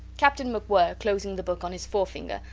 captain macwhirr, closing the book on his forefinger,